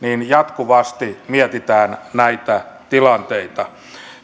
jatkuvasti mietitään näitä tilanteita